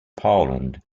poland